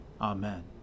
Amen